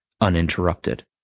uninterrupted